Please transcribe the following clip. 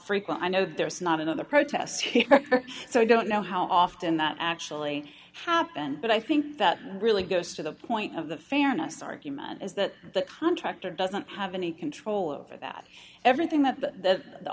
frequent i know there's not another protest so i don't know how often that actually happened but i think that really goes to the point of the fairness argument is that the contractor doesn't have any control over that everything that th